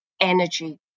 energy